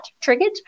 triggered